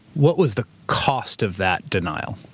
what was the cost of that denial?